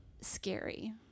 scary